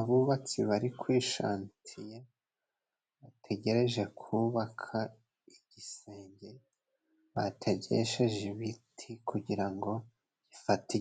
Abubatsi bari kwi shantiye bategereje kubaka igisenge bategesheje ibiti kugira ngo ifate,